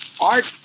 Art